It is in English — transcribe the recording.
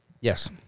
Yes